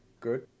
good